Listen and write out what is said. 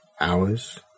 hours